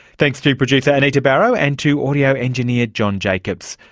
thanks to producer anita barraud and to audio engineer john jacobs.